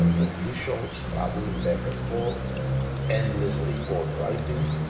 ah officials traveling back and forth endless report writing,